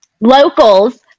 locals